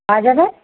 পাওয়া যাবে